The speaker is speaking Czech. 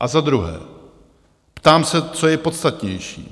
A za druhé, ptám se, co je podstatnější?